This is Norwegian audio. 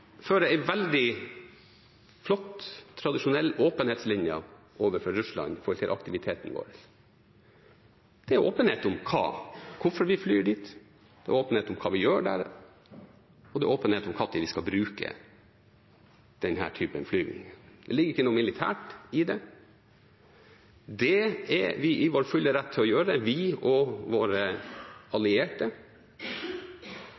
veldig flott, tradisjonell åpenhetslinje overfor Russland om aktiviteten vår. Det er åpenhet om hvorfor vi flyr dit, hva vi gjør der, og det er åpenhet om når vi skal bruke denne typen flygninger. Det ligger ikke noe militært i det. Det er vi i vår fulle rett til å gjøre – vi og våre